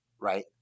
right